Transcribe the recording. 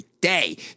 day